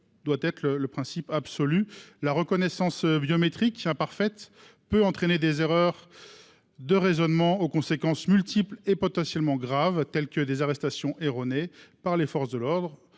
doit être un principe absolu. La reconnaissance biométrique, imparfaite, peut entraîner des erreurs de raisonnement aux conséquences multiples et potentiellement graves, telles que des arrestations erronées par les forces de l'ordre.